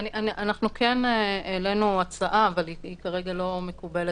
אנחנו כן העלינו הצעה, אבל היא כרגע לא מקובלת